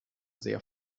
sehr